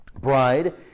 bride